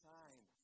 time